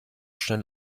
schnell